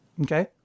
Okay